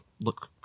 look